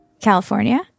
California